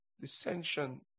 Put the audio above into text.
dissension